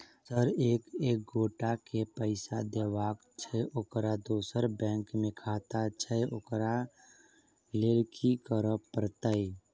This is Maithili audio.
सर एक एगोटा केँ पैसा देबाक छैय ओकर दोसर बैंक मे खाता छैय ओकरा लैल की करपरतैय?